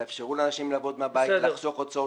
תאפשרו לאנשים לעבוד מהבית ולחסוך הוצאות.